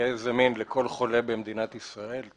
יהיה זמין לכל חולה במדינת ישראל.